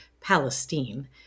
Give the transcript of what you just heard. Palestine